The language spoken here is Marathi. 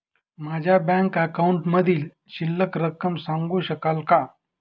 माझ्या बँक अकाउंटमधील शिल्लक रक्कम सांगू शकाल का?